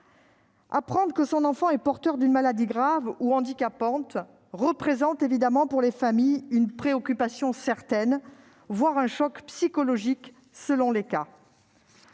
Apprendre que son enfant est porteur d'une maladie grave ou handicapante représente évidemment pour les familles une préoccupation certaine, voire un choc psychologique selon les cas.